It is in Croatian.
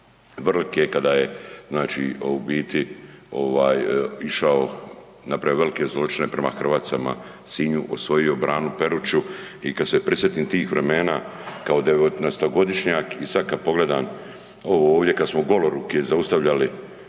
Vrlike, kada je išao napravio velike zločine prema Hrvacama, Sinju, osvojio Branu Peruću i kada se prisjetim tih vremena kao devetnaestogodišnjak i sada kada pogledam ovo ovdje kada smo goloruki zaustavljali